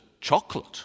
chocolate